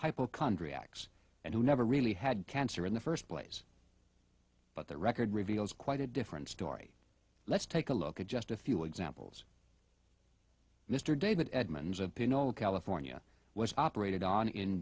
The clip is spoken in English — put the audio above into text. hypochondriacs and who never really had cancer in the first place but their record reveals quite a different story let's take a look at just a few examples mr david edmonds of penola california was operated on in